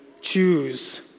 choose